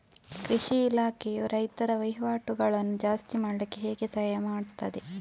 ಕೃಷಿ ಇಲಾಖೆಯು ರೈತರ ವಹಿವಾಟುಗಳನ್ನು ಜಾಸ್ತಿ ಮಾಡ್ಲಿಕ್ಕೆ ಹೇಗೆ ಸಹಾಯ ಮಾಡ್ತದೆ?